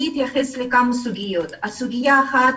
אני אתייחס לכמה סוגיות: סוגיה אחת,